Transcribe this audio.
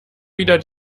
wieder